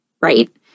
right